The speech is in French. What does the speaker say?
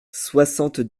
soixante